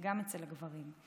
גם אצל הגברים.